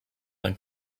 than